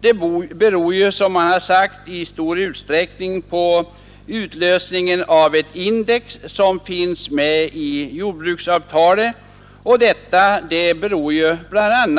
De beror i stor utsträckning på utlösningen av ett index i jordbruksavtalet. Detta beror i sin